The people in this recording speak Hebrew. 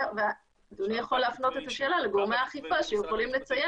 אדוני יכול להפנות את השאלה לגורמי האכיפה שיכולים לציין